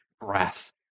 breath